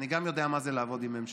גם אני יודע מה זה לעבוד עם ממשלה.